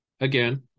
Again